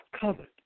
covered